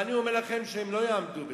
ואני אומר לכם שהם לא יעמדו בזה.